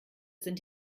sind